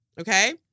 Okay